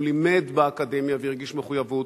הוא לימד באקדמיה והרגיש מחויבות.